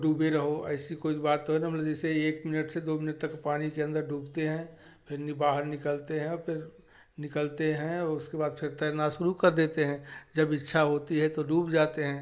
डूबे रहो ऐसी कोई बात तो एकदम जैसे एक मिनट से दो मिनट तक पानी के अंदर डूबते हैं फिर नि बाहर निकलते हैं फिर निकलते हैं और उसके बाद फिर तैरना शुरू कर देते हैं जब इच्छा होती है तो डूब जाते हैं